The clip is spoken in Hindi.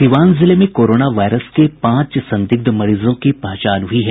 सीवान जिले में कोरोना वायरस के पांच संदिग्ध मरीजों की पहचान हुई है